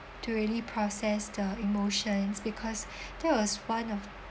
to really process the emotions because that was one of